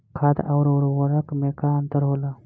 खाद्य आउर उर्वरक में का अंतर होला?